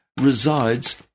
resides